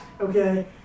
okay